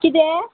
किदें